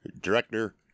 director